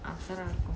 இருக்கும்:irukkum